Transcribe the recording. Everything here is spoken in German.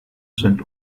sind